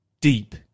deep